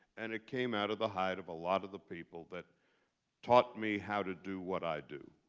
and it came out of the hide of a lot of the people that taught me how to do what i do.